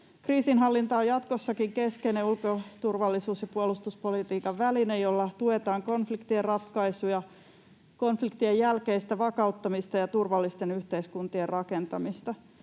Kriisinhallinta on jatkossakin keskeinen ulko-, turvallisuus- ja puolustuspolitiikan väline, jolla tuetaan konfliktien ratkaisuja, konfliktien jälkeistä vakauttamista ja turvallisten yhteiskuntien rakentamista.